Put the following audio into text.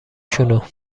شونو